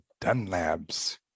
Dunlabs